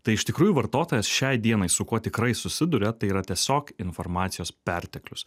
tai iš tikrųjų vartotojas šiai dienai su kuo tikrai susiduria tai yra tiesiog informacijos perteklius